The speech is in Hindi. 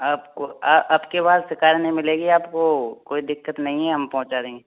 आपको अब के बाद शिकायत नहीं मिलेगी आपको कोई दिक्कत नहीं है हम पहुँचा देंगे